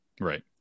right